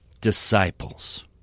disciples